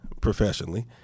professionally